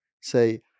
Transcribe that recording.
say